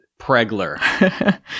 Pregler